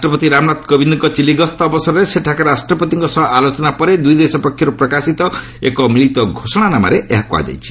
ରାଷ୍ଟ୍ରପତି ରାମନାଥ କୋବିନ୍ଦ୍ଙ୍କ ଚିଲି ଗସ୍ତ ଅବସରରେ ସେଠାକାର ରାଷ୍ଟପତିଙ୍କ ସହ ଆଲୋଚନା ପରେ ଦୁଇ ଦେଶ ପକ୍ଷରୁ ପ୍ରକାଶିତ ଏକ ମିଳିତ ଘୋଷଣାନାମାରେ ଏହା କୃହାଯାଇଛି